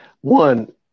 one